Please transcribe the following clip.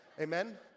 Amen